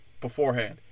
beforehand